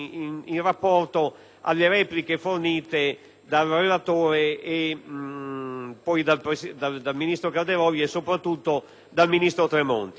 del ministro Calderoli e soprattutto del ministro Tremonti. Stiamo definendo un impianto di nuove modalità di finanziamento,